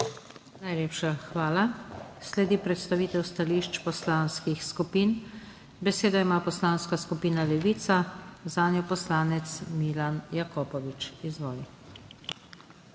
Najlepša hvala. Sledi predstavitev stališč poslanskih skupin. Besedo ima Poslanska skupina Svoboda, zanjo poslanka Tereza Novak. Izvolite.